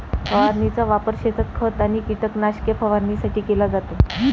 फवारणीचा वापर शेतात खत आणि कीटकनाशके फवारणीसाठी केला जातो